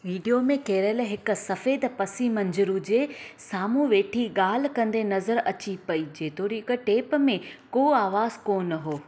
video में Carol हिकु सफ़ेदु पसिमंज़र जे साम्हूं वेठी ॻाल्हि कंदे नज़रु अचे पई जेतोणीकि टेप में को आवाज़ु कोन हो